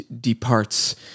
departs